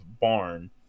barn